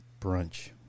brunch